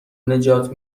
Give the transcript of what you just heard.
نجات